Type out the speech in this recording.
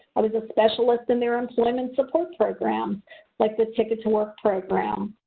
i was a specialist in their employment support program like the ticket to work program.